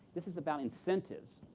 this is about incentives.